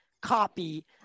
copy